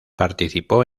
participó